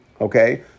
Okay